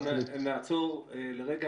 אנחנו נעצור לרגע.